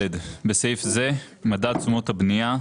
בסעיף זה "מדד תשומות הבנייה"